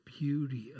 beauty